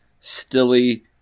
Stilly